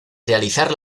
realizar